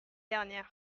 dernière